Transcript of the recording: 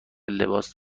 لباس